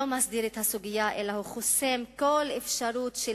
לא מסדיר את הסוגיה אלא הוא חוסם כל אפשרות של